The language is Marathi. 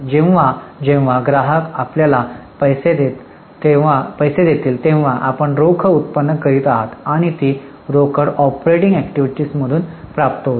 जेव्हा जेव्हा ग्राहक आपल्याला पैसे देते तेव्हा आपण रोख उत्पन्न करीत आहात आणि ती रोकड ऑपरेटिंग अॅक्टिव्हिटीतून प्राप्त होते